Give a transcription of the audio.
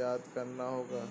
याद करने होंगे